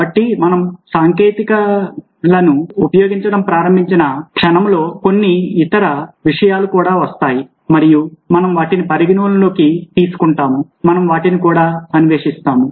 కాబట్టి మనం సాంకేతికతలను ఉపయోగించడం ప్రారంభించిన క్షణంలో కొన్ని ఇతర విషయాలు కూడా వస్తాయి మరియు మనం వాటిని పరిగణలోకి తీసుకుంటాము మరియు మనం వాటిని కూడా అన్వేషిస్తాము